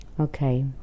Okay